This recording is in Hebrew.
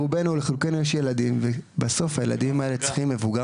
רובנו או חלקנו יש ילדים ובסוף הילדים צריכים מבוגר